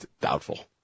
Doubtful